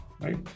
right